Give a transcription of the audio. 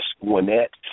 Gwinnett